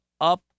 up